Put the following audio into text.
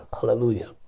hallelujah